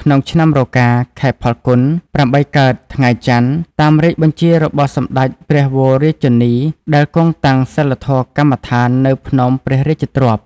ក្នុងឆ្នាំរកា ខែផល្គុន ៨កើត ថ្ងៃចន្ទ តាមរាជបញ្ជារបស់សម្តេចព្រះវររាជជននីដែលគង់តាំងសីលធម៌កម្មដ្ឋាននៅភ្នំព្រះរាជទ្រព្យ។